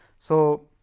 so,